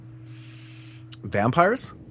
Vampires